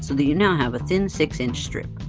so that you now have a thin six inch strip.